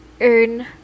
earn